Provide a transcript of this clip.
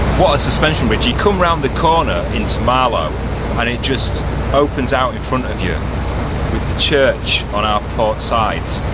suspension bridge, you come around the corner in to marlow and it just opens out in front of you with the church on our port side.